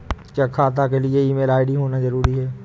क्या खाता के लिए ईमेल आई.डी होना जरूरी है?